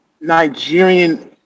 nigerian